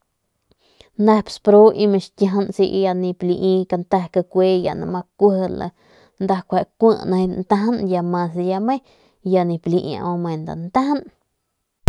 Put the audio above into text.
Nep sparu iba ckiajan ya nip lii kante cakui ya no ma kueje nda ntajan ya mas ya me ya nip liiau nda ntajan.